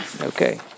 Okay